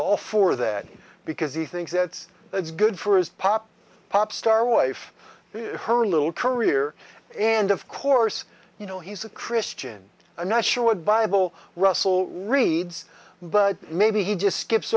all for that because he thinks that's it's good for his pop pop star wife who has her own little career and of course you know he's a christian i'm not sure what bible russell reads but maybe he just skip